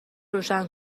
روشن